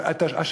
וממילא הזמן תם.